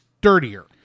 dirtier